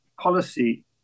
policy